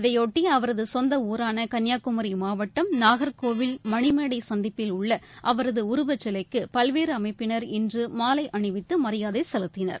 இதையொட்டி அவரது சொந்த ஊரான கன்னியாகுமரி மாவட்டம் நாகர்கோவில் மணிமேடை சந்திப்பில் உள்ள அவரது உருவச்சிலைக்கு பல்வேறு அமைப்பினர் இன்று மாலை அணிவித்து மரியாதை செலுத்தினர்